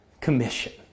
commission